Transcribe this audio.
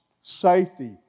safety